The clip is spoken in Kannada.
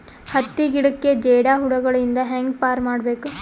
ಹತ್ತಿ ಗಿಡಕ್ಕೆ ಜೇಡ ಹುಳಗಳು ಇಂದ ಹ್ಯಾಂಗ್ ಪಾರ್ ಮಾಡಬೇಕು?